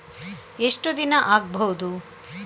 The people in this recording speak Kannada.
ಎಷ್ಟು ದಿನ ಆಗ್ಬಹುದು?